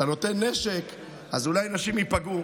אתה נותן נשק אז אולי נשים ייפגעו.